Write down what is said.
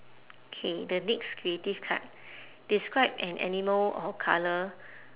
K the next creative card describe an animal or colour